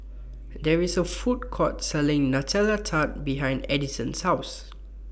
There IS A Food Court Selling Nutella Tart behind Addison's House